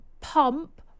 pump